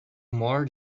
more